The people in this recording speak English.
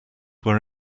were